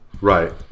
Right